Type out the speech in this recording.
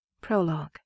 Prologue